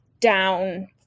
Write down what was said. down